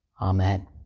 Amen